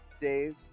Dave